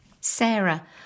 Sarah